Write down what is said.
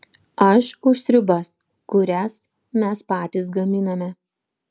aš už sriubas kurias mes patys gaminame